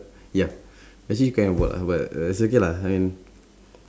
ya actually can work lah but uh it's okay lah I mean